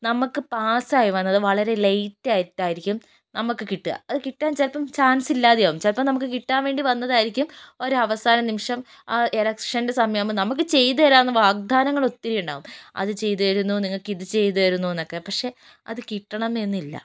നമുക്ക് പാസ് ആയി വന്നത് വളരെ ലൈറ്റായിട്ട് ആയിരിക്കും നമുക്ക് കിട്ടുക അത് കിട്ടാൻ ചിലപ്പം ചാൻസ് ഇല്ലാതെയാവും ചിലപ്പം നമുക്ക് കിട്ടാൻ വേണ്ടി വന്നതായിരിക്കും ഒരവസാനനിമിഷം ആ ഇലക്ഷൻ്റെ സമയം ആകുമ്പം നമുക്ക് ചെയ്ത് തരാമെന്ന് വാഗ്ദാനങ്ങൾ ഒത്തിരി ഉണ്ടാകും അത് ചെയ്തുതരുന്നു നിങ്ങൾക്ക് ഇത് ചെയ്തുതരുന്നു എന്നൊക്കെ പക്ഷെ അത് കിട്ടണം എന്നില്ല